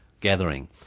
gathering